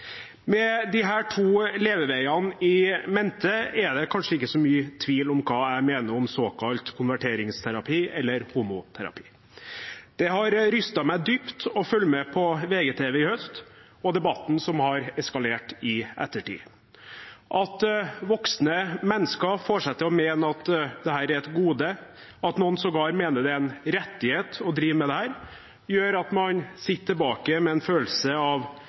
Med disse to levereglene i mente er det kanskje ikke så mye tvil om hva jeg mener om såkalt konverteringsterapi eller homoterapi. Det har rystet meg dypt å følge med på VGTV i høst og debatten som har eskalert i ettertid. At voksne mennesker får seg til å mene at dette er et gode, og at noen sågar mener det er en rettighet å drive med dette, gjør at man sitter tilbake med en følelse av